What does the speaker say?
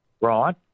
right